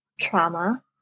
trauma